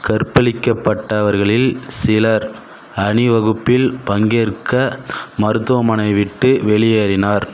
கற்பழிக்கப்பட்டவர்களில் சிலர் அணிவகுப்பில் பங்கேற்க மருத்துவமனை விட்டு வெளியேறினர்